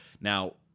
Now